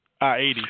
I-80